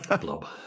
Blob